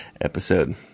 episode